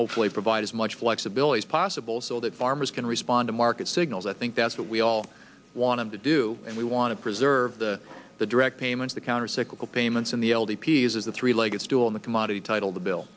hopefully provide as much flexibility as possible so that farmers can respond to market signals i think that's what we all want to do and we want to preserve the the direct payments the countercyclical payments in the l d p is the three legged stool in the commodity title the bill